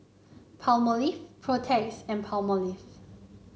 Palmolive Protex and Palmolive